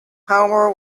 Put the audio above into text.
homer